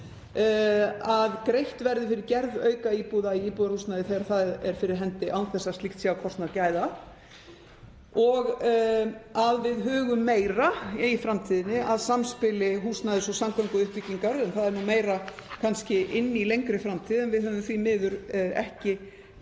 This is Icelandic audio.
að greitt verði fyrir gerð aukaíbúða í íbúðarhúsnæði þegar það er fyrir hendi án þess að slíkt sé á kostnað gæða og að við hugum meira í framtíðinni (Forseti hringir.) að samspili húsnæðis- og samgönguuppbyggingar. Það er kannski meira inn í lengri framtíð en við höfum því miður ekki